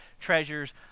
treasures